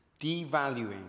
devaluing